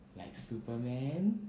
like superman